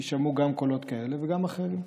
יישמעו גם קולות כאלה וגם אחרים.